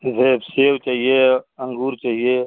जैसे सेब चाहिए अँगूर चाहिए